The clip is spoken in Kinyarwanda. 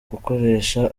gukoresha